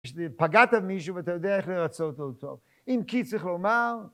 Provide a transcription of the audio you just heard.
פגעת מישהו ואתה יודע איך לרצות אותו, אם כי צריך לומר